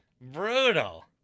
Brutal